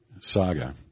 saga